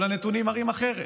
כל הנתונים מראים אחרת.